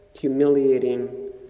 humiliating